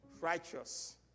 righteous